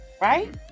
right